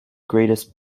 greatest